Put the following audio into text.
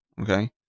Okay